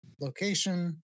location